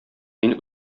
мин